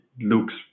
looks